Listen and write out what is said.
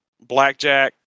Blackjack